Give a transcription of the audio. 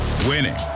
Winning